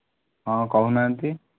ହଁ କହୁ ନାହାନ୍ତି